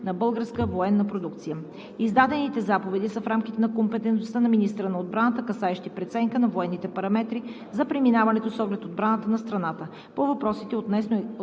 на българска военна продукция. Издадените заповеди са в рамките на компетентността на министъра на отбраната, касаещи преценка на военните параметри за преминаването с оглед отбраната на страната. По въпросите относно